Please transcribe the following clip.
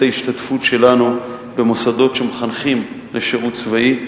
ההשתתפות שלנו במוסדות שמחנכים לשירות צבאי,